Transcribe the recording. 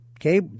Okay